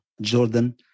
Jordan